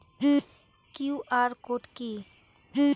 QR code কি?